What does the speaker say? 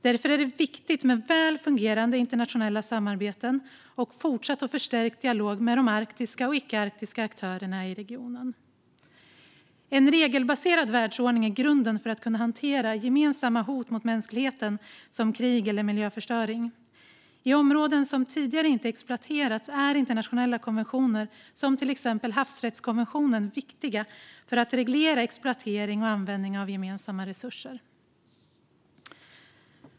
Därför är det viktigt med väl fungerande internationella samarbeten och fortsatt och förstärkt dialog med de arktiska och icke-arktiska aktörerna i regionen. En regelbaserad världsordning är grunden för att kunna hantera gemensamma hot mot mänskligheten, som krig eller miljöförstöring. I områden som tidigare inte exploaterats är internationella konventioner som havsrättskonventionen viktiga för att reglera exploatering och användning av gemensamma resurser.